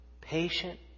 patient